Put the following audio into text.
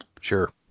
Sure